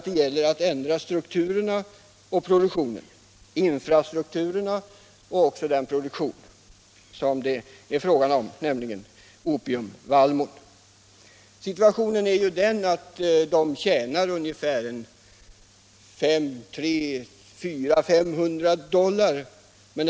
Det gäller att ändra infrastrukturerna. Och den produktion som det är fråga om, nämligen opievallmon behöver ändras. Situationen är den att medan producenten får ca 1 500-2 000 kr.